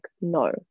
no